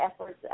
efforts